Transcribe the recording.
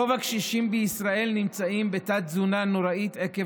רוב הקשישים בישראל נמצאים בתת-תזונה נוראית עקב